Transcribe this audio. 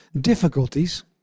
difficulties